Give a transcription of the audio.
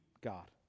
God